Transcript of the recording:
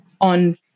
on